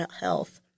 health